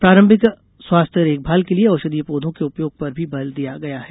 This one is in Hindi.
प्रारम्भिक स्वास्थ्य देखभाल के लिए औषधीय पौधों के उपयोग पर भी बल दिया गया है